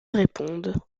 répondent